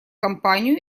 компанию